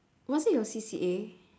was it your C_C_A